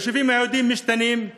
היישובים היהודיים משתנים,